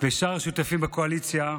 ושאר השותפים בקואליציה,